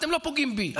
אתם לא פוגעים בי,